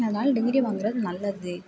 அதனால டிகிரி வாங்குவது நல்லது